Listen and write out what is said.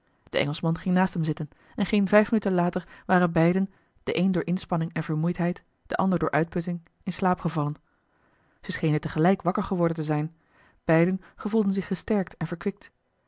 de engelschman ging naast hem zitten en geen vijf minuten later waren beiden de een door inspanning en vermoeidheid de ander door uitputting in slaap gevallen ze schenen tegelijk wakker geworden te zijn beiden gevoelden zich gesterkt en verkwikt